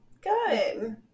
good